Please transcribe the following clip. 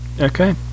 Okay